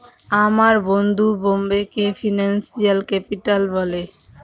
আমার বন্ধু বোম্বেকে ফিনান্সিয়াল ক্যাপিটাল বলে